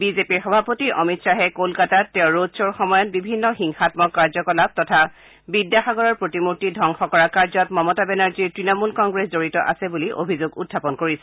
বিজেপিৰ সভাপতি অমিত খাহে কলকাতাত তেওঁৰ ৰড খোৰ সময়ত বিভিন্ন হিংসাম্মক কাৰ্যকলাপ তথা বিদ্যাসাগৰৰ প্ৰতিমূৰ্তি ধবংস কৰা কাৰ্যত মমতা বেনাৰ্জীৰ তৃণমূল কংগ্ৰেছ জড়িত আছে বুলি অভিযোগ উখাপন কৰিছে